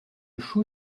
chou